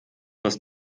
was